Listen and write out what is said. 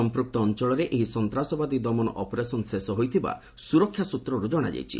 ସମ୍ପୁକ୍ତ ଅଞ୍ଚଳରେ ଏହି ସନ୍ତାସବାଦୀ ଦମନ ଅପରେସନ୍ ଶେଷ ହୋଇଥିବା ସୁରକ୍ଷା ସୂତ୍ରରୁ ଜଣାଯାଇଛି